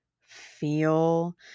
feel